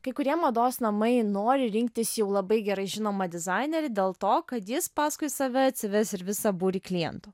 kai kurie mados namai nori rinktis jau labai gerai žinomą dizainerį dėl to kad jis paskui save atsives ir visą būrį klientų